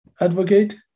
Advocate